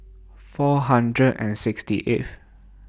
four hundred and sixty eighth